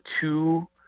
two